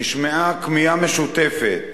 נשמעה כמיהה משותפת